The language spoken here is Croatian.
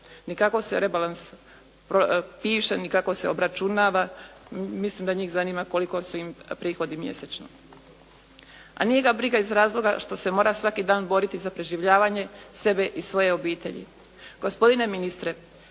ni kako se rebalans piše, ni kako se obračunava. Mislim da njih zanima koliko su im prihodi mjesečno. A nije ga briga iz razloga što se mora svaki dan boriti za preživljavanje sebe i svoje obitelji.